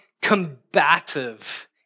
combative